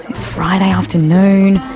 it's friday afternoon,